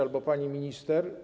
Albo: Pani Minister!